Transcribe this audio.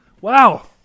Wow